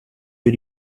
für